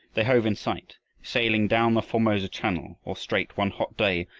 they hove in sight, sailing down the formosa channel or strait one hot day,